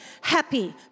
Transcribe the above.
Happy